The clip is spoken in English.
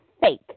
fake